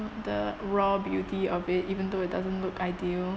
the raw beauty of it even though it doesn't look ideal